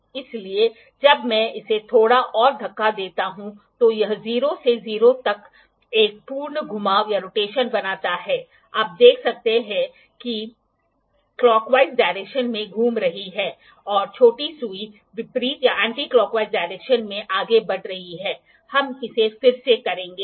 इसलिए जब मैं इसे थोड़ा और धक्का देता हूं तो यह 0 से 0 तक एक पूर्ण घुमाव बनाता है आप देख सकते हैं कि क्लाकवाइज डायरेक्शन में घूम रही है और छोटी सुई विपरीत क्लाकवाइज डायरेक्शन में आगे बढ़ रही है हम इसे फिर से करेंगे